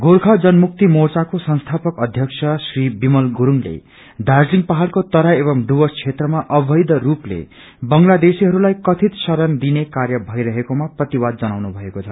गोर्खा जन मुक्ति मोर्चाको संस्थापक अध्यक्ष श्री विमल गुरूङले दार्जीलिङ पहाड़को तराई एंव डुवर्सका क्षेत्रमा अवैध रूपले बंगलादेशीहरूलाई कथित शरण दिने कार्य भइरहेकोमा प्रतिवाद जताउनु भएको छ